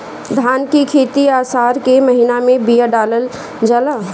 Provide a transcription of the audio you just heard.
धान की खेती आसार के महीना में बिया डालल जाला?